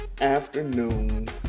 afternoon